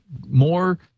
more